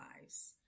lives